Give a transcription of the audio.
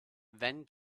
then